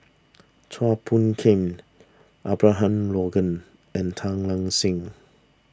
Chua Phung Kim Abraham Logan and Tan Lark Sye